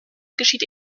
geschieht